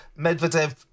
medvedev